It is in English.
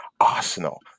Arsenal